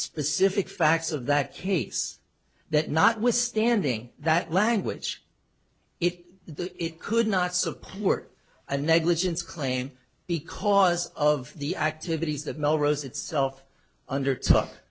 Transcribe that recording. specific facts of that case that notwithstanding that language it the it could not support a negligence claim because of the activities of melrose itself under t